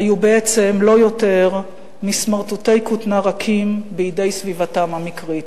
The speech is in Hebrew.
היו בעצם לא יותר מסמרטוטי כותנה רכים בידי סביבתם המקרית".